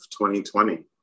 2020